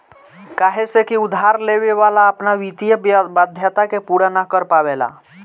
काहे से की उधार लेवे वाला अपना वित्तीय वाध्यता के पूरा ना कर पावेला